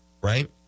right